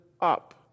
up